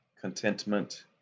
contentment